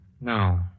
No